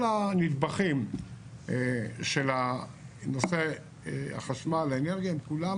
כל הנדבכים של נושא החשמל, האנרגיה, הם כולם